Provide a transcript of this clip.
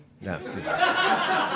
Yes